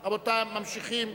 46 בעד, שניים נגד,